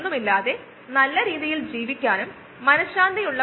ഇവിടെയാണ് ബയോറിയാക്ഷൻ നടക്കുന്ന സ്ഥലം ഇവിടെ ആണ് റിയാക്ടന്റ് ഉൽപന്നം ആകുന്നത്